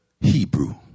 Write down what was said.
Hebrew